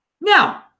Now